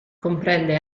comprende